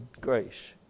grace